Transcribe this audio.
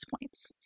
points